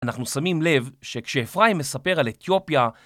אנחנו שמים לב שכשאפריים מספר על אתיופיה